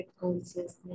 consciousness